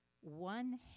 one